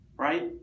right